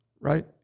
Right